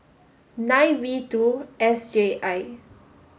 nine V two S J I